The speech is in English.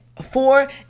Four